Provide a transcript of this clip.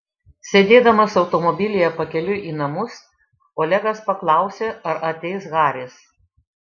sėdėdamas automobilyje pakeliui į namus olegas paklausė ar ateis haris